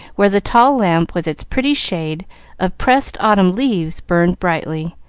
where the tall lamp, with its pretty shade of pressed autumn leaves, burned brightly,